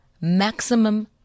maximum